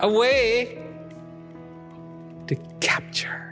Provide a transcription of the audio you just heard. a way to capture